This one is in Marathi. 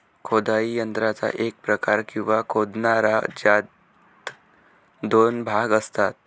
खोदाई यंत्राचा एक प्रकार, किंवा खोदणारा, ज्यात दोन भाग असतात